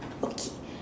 okay